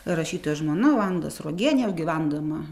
rašytojo žmona vanda sruogienė jau gyvendama